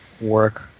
work